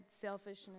selfishness